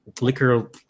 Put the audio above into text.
liquor